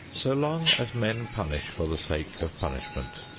so long as men punish for the sake of punishment,